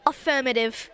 Affirmative